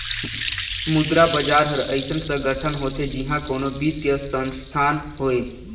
मुद्रा बजार हर अइसन संगठन होथे जिहां कोनो बित्तीय संस्थान होए